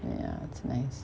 ya it's nice